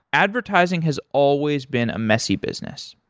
advertising has always been a messy business.